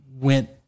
went